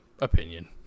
opinion